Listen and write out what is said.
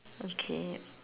okay